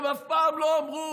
הן אף פעם לא אמרו: